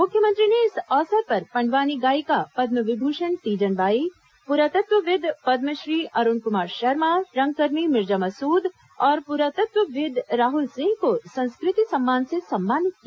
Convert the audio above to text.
मुख्यमंत्री ने इस अवसर पर पंडवानी गायिका पद्मविभूषण तीजन बाई पुरातत्वविद् पद्मश्री अरूण कुमार शर्मा रंगकर्मी मिर्जा मसूद और पुरातत्वविद राहुल सिंह को संस्कृति सम्मान से सम्मानित किया